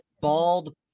bald